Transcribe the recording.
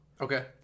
Okay